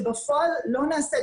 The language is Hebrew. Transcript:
שבפועל לא נעשית.